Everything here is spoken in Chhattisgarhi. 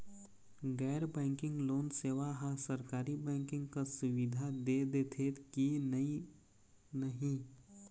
गैर बैंकिंग लोन सेवा हा सरकारी बैंकिंग कस सुविधा दे देथे कि नई नहीं?